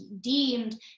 deemed